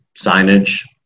signage